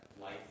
life